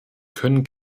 können